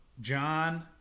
John